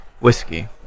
whiskey